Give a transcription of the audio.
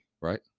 right